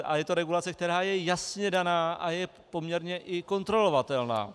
A je to regulace, která je jasně daná a je poměrně i kontrolovatelná.